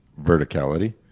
verticality